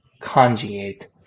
conjugate